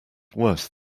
worse